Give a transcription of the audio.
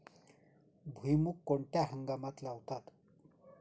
भुईमूग कोणत्या हंगामात लावतात?